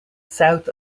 south